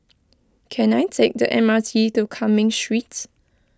can I take the M R T to Cumming Streets